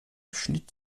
schnitt